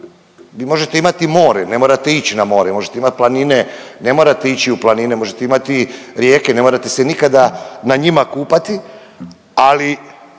Vi možete imati more, ne morate ić na more, možete imat planine, ne morate ići u planine, možete imati rijeke, ne morate se nikada na njima kupati, ali